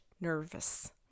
nervous